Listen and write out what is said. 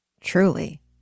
truly